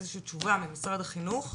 איזושהי תשובה ממשרד החינוך,